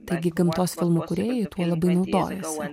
taigi gamtos filmų kūrėjai tuo labai naudojasi